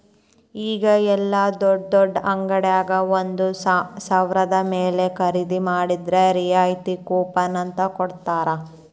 ಈಗ ಯೆಲ್ಲಾ ದೊಡ್ಡ್ ದೊಡ್ಡ ಅಂಗಡ್ಯಾಗ ಒಂದ ಸಾವ್ರದ ಮ್ಯಾಲೆ ಖರೇದಿ ಮಾಡಿದ್ರ ರಿಯಾಯಿತಿ ಕೂಪನ್ ಅಂತ್ ಕೊಡ್ತಾರ